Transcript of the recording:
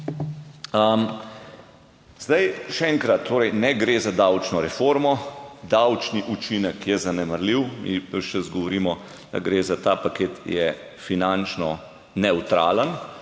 Še enkrat, torej, ne gre za davčno reformo, davčni učinek je zanemarljiv. Mi ves čas govorimo, da gre za ta paket, ki je finančno nevtralen,